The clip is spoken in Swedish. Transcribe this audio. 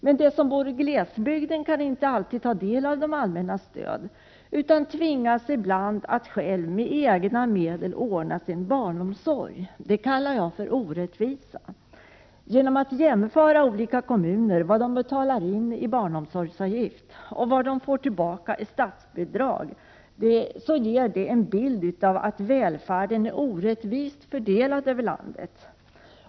Men de som bor i glesbygd kan inte alltid ta del av det allmännas stöd, utan de tvingas ibland själva att med egna medel ordna sin barnomsorg. Detta är vad jag kallar en orättvisa. Genom att jämföra vad olika kommuner betalar i barnomsorgsavgift med vad de får tillbaka i statsbidrag, får man en bild av hur orättvist fördelad välfärden är över landet.